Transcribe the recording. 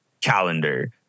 calendar